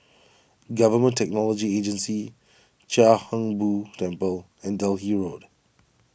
Government Technology Agency Chia Hung Boo Temple and Delhi Road